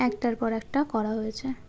একটার পর একটা করা হয়েছে